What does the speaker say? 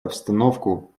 обстановку